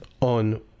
on